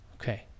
Okay